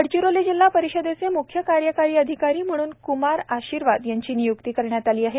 गडचिरोली जिल्हा परिषदेचे मुख्य कार्यकारी अधिकारी म्हणून कुमार आशीर्वाद यांची नियुक्ती करण्यात आली आहे